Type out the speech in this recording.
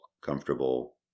comfortable